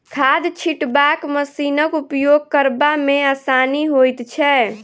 खाद छिटबाक मशीनक उपयोग करबा मे आसानी होइत छै